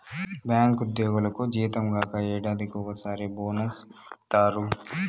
bank ఉద్యోగులకు జీతం కాక ఏడాదికి ఒకసారి బోనస్ ఇత్తారు